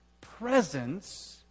presence